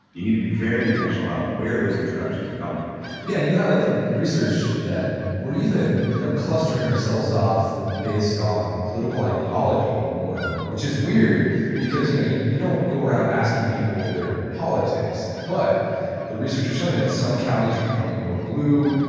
you need to be very intentional about where those introductions are coming from yeah, and you highlight the the research that we're even like clustering ourselves off based on political ideology more and more which is weird because you know you you don't go around asking people their politics. but the research is showing that some counties are becoming more blue.